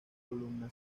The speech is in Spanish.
columna